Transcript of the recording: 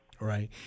Right